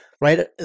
right